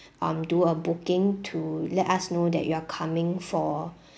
um do a booking to let us know that you are coming for